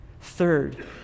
third